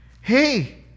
hey